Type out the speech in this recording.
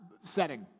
setting